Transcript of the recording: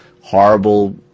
horrible